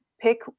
Pick